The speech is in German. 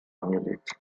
angelegt